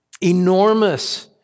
enormous